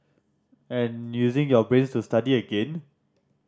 and using your brains to study again